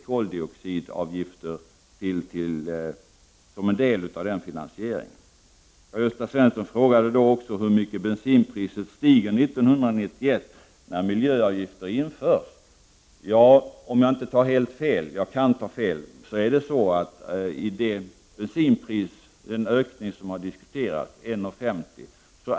Karl-Gösta Svenson frågade hur mycket bensinpriset kommer att stiga 1991 när miljöavgiften införs. Om jag inte tar fel är 50 öre av den bensinprisökning på 1,50 kr.